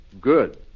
good